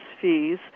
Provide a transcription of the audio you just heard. fees